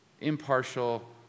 impartial